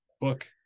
book